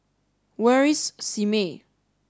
where is Simei